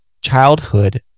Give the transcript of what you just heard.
childhood